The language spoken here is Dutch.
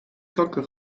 kanker